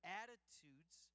attitudes